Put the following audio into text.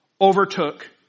overtook